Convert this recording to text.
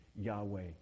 Yahweh